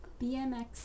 BMX